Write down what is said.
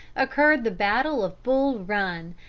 occurred the battle of bull run,